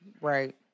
Right